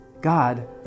God